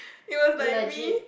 allergic